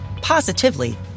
positively